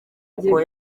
uko